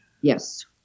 Yes